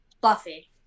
Buffy